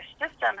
system